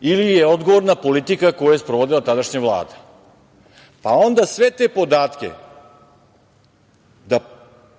ili je odgovorna politika koju je sprovodila tadašnja Vlada? Onda sve te podatke da